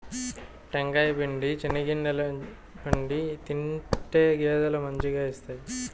టెంకాయ పిండి, చెనిగింజల పిండి తింటే గేదెలు మంచిగా ఇస్తాయి